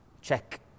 check